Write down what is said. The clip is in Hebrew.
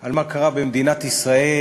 על מה שקרה במדינת ישראל,